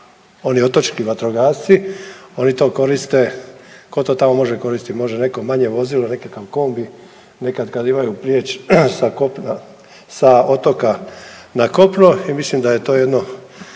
oni otočni vatrogasci oni to koriste ko to tamo može koristiti, možda neko manje vozilo, nekakav kombi, nekad kad imaju prijeć sa otoka na kopno i mislim da je to jedan